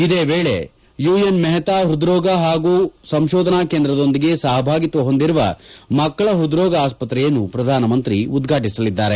ಇದೇ ವೇಳೆ ಯುಎನ್ ಮೆಹ್ತಾ ಹೃದ್ರೋಗ ಹಾಗೂ ಸಂಶೋಧನಾ ಕೇಂದ್ರದೊಂದಿಗೆ ಸಹಭಾಗಿತ್ವ ಹೊಂದಿರುವ ಮಕ್ಕಳ ಹೃದ್ರೋಗ ಆಸ್ಪತ್ರೆಯನ್ನು ಪ್ರಧಾನ ಮಂತ್ರಿ ಉದ್ವಾಟಿಸಲಿದ್ದಾರೆ